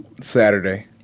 Saturday